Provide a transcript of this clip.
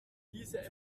diese